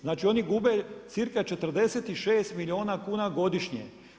Znači oni gube cirka 46 milijuna kuna godišnje.